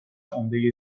عمده